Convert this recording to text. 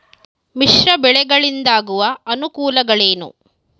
ಮಿಶ್ರ ಬೆಳೆಗಳಿಂದಾಗುವ ಅನುಕೂಲಗಳೇನು?